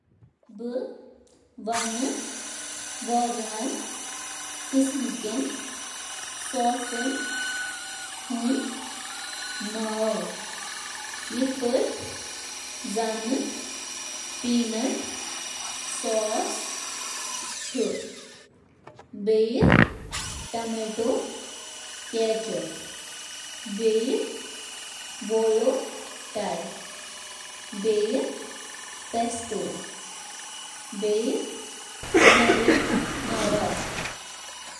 مُختٔلِف کھٮ۪نَن ہٕنٛدیٚن سوسَن منٛز چھِ شٲمِل: اطالوی: marinara, pesto, alfredo, arrabbiata, bolognese, puttanesca; فرانسیسی: bechamel, hollandaise, veloute, bearnaise, espagnole, demi glace. ایشیائی: soya sauce, oyster sauce, teriyaki, sweet مرچی، ہوئسن، مونگ پھلی سوس۔ ہندوستٲنی: ٹِکا مسالہ، بٹر چکن، ناریل کری، روگن جوش تہٕ باقی